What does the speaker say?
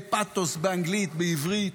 מלאי פתוס, באנגלית, בעברית,